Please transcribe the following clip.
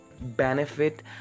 benefit